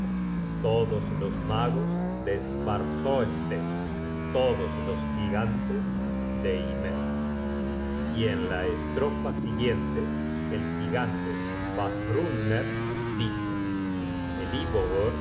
todos los magos de svarthoefde todos los gigantes de ymer y en la estrofa siguiente el gigante vafthrudner dice